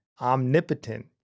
omnipotent